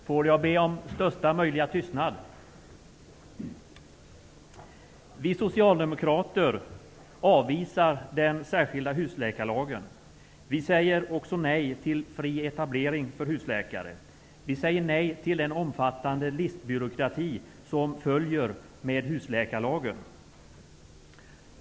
Fru talman! Vi socialdemokrater avvisar den särskilda husläkarlagen. Vi säger också nej till fri etablering för husläkare. Vi säger nej till den omfattande listbyråkrati som följer med husläkarlagen.